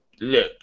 look